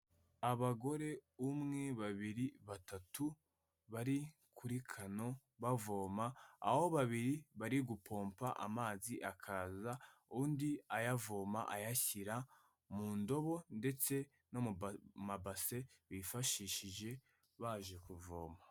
Abagore umwe babiri batatu, bari kuri kano bavoma, aho babiri bari gupompa amazi akaza, undi ayavoma ayashyira mu ndobo ndetse no mu mabase, bifashishije baje kuvoma.